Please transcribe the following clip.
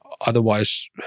Otherwise